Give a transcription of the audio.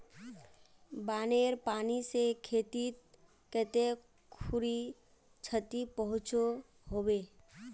बानेर पानी से खेतीत कते खुरी क्षति पहुँचो होबे?